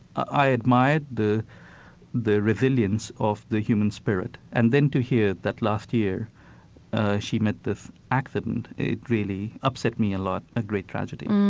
i admired the the resilience of the human spirit. and then to hear that last year she met this accident, it really upset me a lot, a great tragedy.